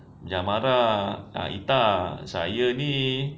jangan marah ah itar saya ni